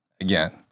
again